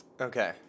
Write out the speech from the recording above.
Okay